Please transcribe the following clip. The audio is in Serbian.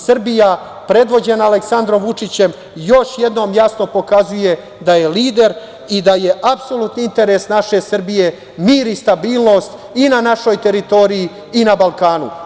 Srbija predvođena Aleksandrom Vučićem još jednom jasno pokazuje da je lider i da je apsolutni interes naše Srbije mir i stabilnost i na našoj teritoriji, i na Balkanu.